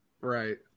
Right